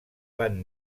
van